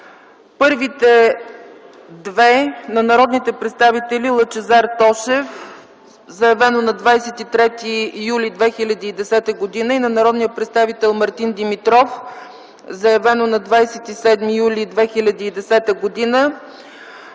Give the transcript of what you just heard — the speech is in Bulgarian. Първите две са на народните представители Лъчезар Тошев – заявено на 23 юли 2010 г., и на народния представител Мартин Димитров – заявено на 27 юли 2010 г.,